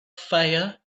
fire